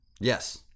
Yes